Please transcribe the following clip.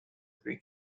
three